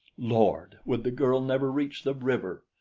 lord! would the girl never reach the river?